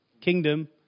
kingdom